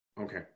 Okay